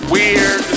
Weird